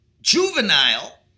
juvenile